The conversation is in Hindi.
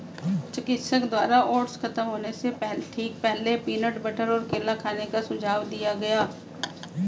चिकित्सक द्वारा ओट्स खत्म होने से ठीक पहले, पीनट बटर और केला खाने का सुझाव दिया गया